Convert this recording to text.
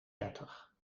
dertig